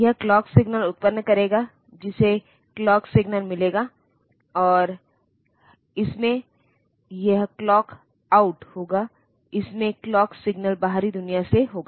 यह clock signal उत्पन्न करेगा जिसे क्लॉक सिग्नल मिलेगा और इसमें यह क्लॉक आउट होगा इसमें क्लॉक सिग्नल बाहरी दुनिया से होगा